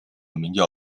名叫